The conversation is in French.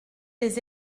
des